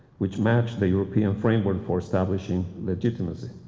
which match the european framework for establishing legitimacy.